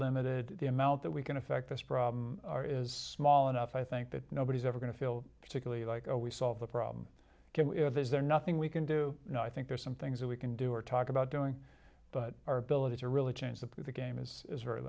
limited the amount that we can affect this problem or is mall enough i think that nobody's ever going to feel particularly like oh we solve the problem of is there nothing we can do you know i think there's some things that we can do or talk about doing but our ability to really change the pure game is very